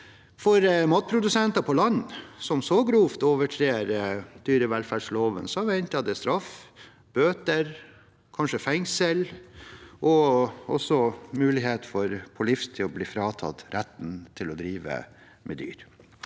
For matprodusenter på land som grovt overtrer dyrevelferdsloven, venter det straff, bøter, kanskje fengsel og også risiko for på livstid å bli fratatt retten til å drive med dyr.